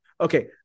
Okay